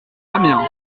amiens